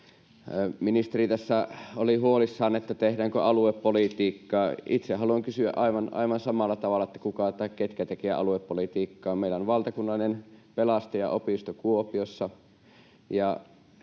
Ministeri tässä oli huolissaan, että tehdäänkö aluepolitiikkaa. Itse haluan aivan samalla tavalla kysyä, kuka tai ketkä tekevät aluepolitiikkaa. Meillä on valtakunnallinen pelastajaopisto Kuopiossa,